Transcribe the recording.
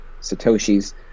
Satoshis